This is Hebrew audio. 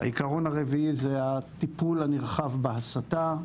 העיקרון הרביעי זה הטיפול הנרחב בהסתה.